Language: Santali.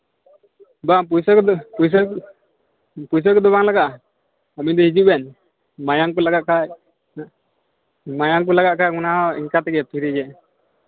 ᱵᱟᱝ ᱯᱚᱭᱥᱟ ᱠᱚᱫᱚ ᱯᱚᱭᱥᱟ ᱯᱚᱭᱥᱟ ᱠᱚᱫᱚ ᱵᱟᱝ ᱞᱟᱜᱟᱜᱼᱟ ᱢᱤᱫ ᱫᱤᱱ ᱦᱤᱡᱩᱜ ᱵᱮᱱ ᱢᱟᱭᱟᱢ ᱠᱚ ᱞᱟᱜᱟᱜ ᱠᱷᱟᱡ ᱢᱟᱭᱟᱢ ᱠᱚ ᱞᱟᱜᱟᱜ ᱠᱷᱟᱡ ᱚᱱᱟᱦᱚᱸ ᱚᱱᱠᱟ ᱛᱮᱜᱮ ᱯᱷᱤᱨᱤᱜᱮ